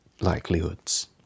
likelihoods